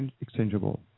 exchangeable